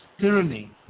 tyranny